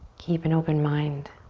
keep an open mind.